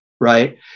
right